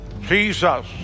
Jesus